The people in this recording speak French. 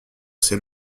ces